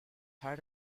had